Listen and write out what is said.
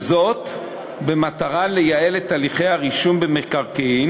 וזאת במטרה לייעל את הליכי הרישום במקרקעין